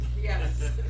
Yes